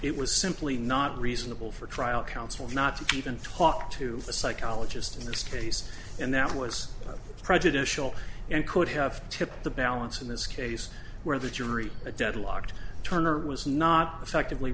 it was simply not reasonable for trial counsel not to even talk to a psychologist in this case and that was prejudicial and could have tipped the balance in this case where the jury deadlocked turner was not effectively